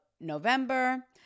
November